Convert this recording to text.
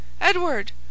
Edward